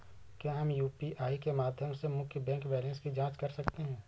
क्या हम यू.पी.आई के माध्यम से मुख्य बैंक बैलेंस की जाँच कर सकते हैं?